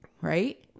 right